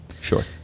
Sure